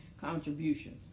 contributions